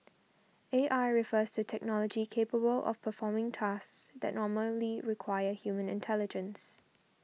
A I refers to technology capable of performing tasks that normally require human intelligence